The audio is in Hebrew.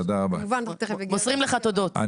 מוסרים לך תודות.